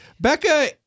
Becca